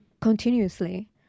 continuously